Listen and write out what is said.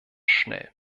schnell